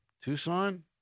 Tucson